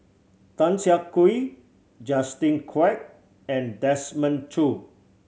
Tan Siah Kwee Justin Quek and Desmond Choo